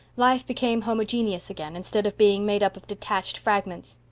life became homogeneous again, instead of being made up of detached fragments.